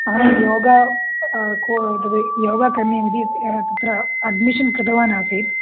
अहं योगः को तद् योगः करणीयमिति तत्र अड्मिशन् कृतवानासीत्